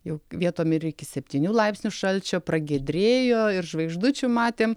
jau vietom ir iki septynių laipsnių šalčio pragiedrėjo ir žvaigždučių matėm